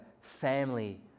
family